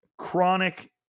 Chronic